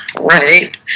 Right